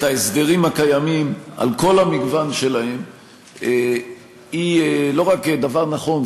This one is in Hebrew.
ההסדרים הקיימים על כל המגוון שלהם הם לא רק דבר נכון,